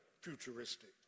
Futuristic